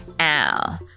Ow